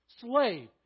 Slave